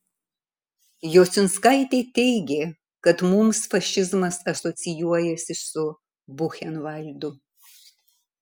jociunskaitė teigė kad mums fašizmas asocijuojasi su buchenvaldu